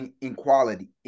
inequality